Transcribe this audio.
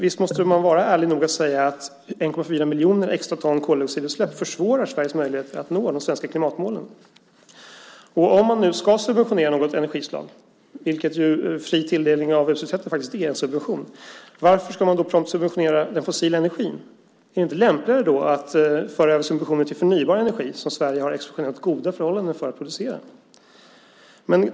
Visst måste man vara ärlig nog att säga att 1,4 miljoner extra ton koldioxidutsläpp försvårar Sveriges möjligheter att nå de svenska klimatmålen. Och om man nu ska subventionera något energislag - fri tilldelning av utsläppsrätter är faktiskt en subvention - varför ska man då prompt subventionera den fossila energin? Vore det inte lämpligare att föra över subventionen till förnybar energi, som Sverige har exceptionellt goda förhållanden för att producera?